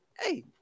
hey